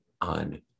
on